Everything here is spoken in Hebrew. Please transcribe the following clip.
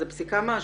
זו פסיקה מהשבוע.